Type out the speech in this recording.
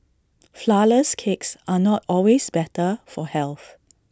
Flourless Cakes are not always better for health